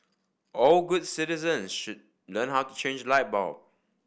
all good citizens should learn how to change light bulb